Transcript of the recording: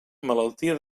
malaltia